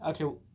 Okay